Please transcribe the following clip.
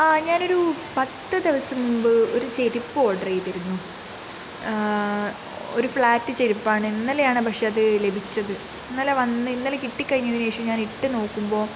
അ ഞാനൊരു പത്ത് ദിവസം മുമ്പ് ഒരു ചെരുപ്പ് ഓർഡർ ചെയ്തിരുന്നു ഒരു ഫ്ലാറ്റ് ചെരുപ്പാണ് ഇന്നലെ ആണ് പക്ഷേ അത് ലഭിച്ചത് ഇന്നലെ വന്ന് ഇന്നലെ കിട്ടി കഴിഞ്ഞതിനു ശേഷം ഞാൻ ഇട്ടു നോക്കുമ്പോൾ